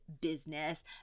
business